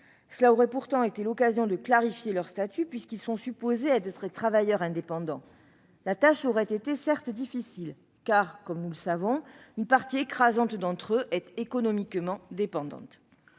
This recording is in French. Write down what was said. Cela aurait pourtant été l'occasion de clarifier leur statut, puisqu'ils sont supposés être des travailleurs indépendants ! La tâche aurait certes été difficile, car, comme nous le savons, une partie écrasante d'entre eux est économiquement dépendante.